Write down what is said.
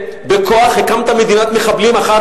בכוח הקמת מדינת מחבלים אחת,